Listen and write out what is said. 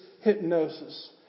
hypnosis